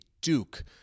Duke